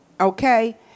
okay